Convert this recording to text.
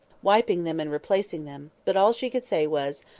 wiping them, and replacing them but all she could say was,